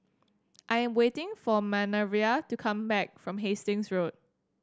I am waiting for Manervia to come back from Hastings Road